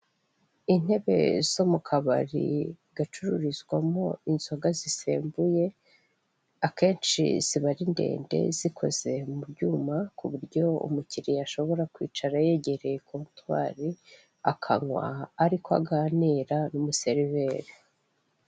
Intebe zo mukabari gacururizwamo inzoga zisembuye, akenshi ziba ari ndende zikoze mubyuma kuburyo umukiliya ashobora kwicara yegereye kontwari akanywa ari ko aganira n'umuseriveri.